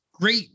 great